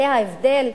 זה ההבדל,